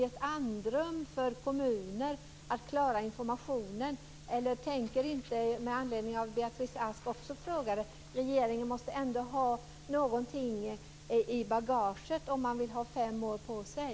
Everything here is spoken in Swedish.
Vill man ge kommunerna ett andrum för att de ska kunna klara av informationen? Också Beatrice Ask frågade om detta. Regeringen måste väl ha något i bagaget eftersom man vill ha fem år på sig?